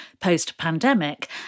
post-pandemic